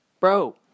Bro